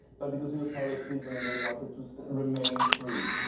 but because it was pilot season and they wanted to remain free.